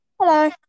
Hello